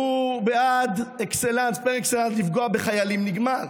שהוא בעד, פר-אקסלנס, לפגוע בחיילים, נגמר.